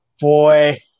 boy